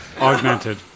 Augmented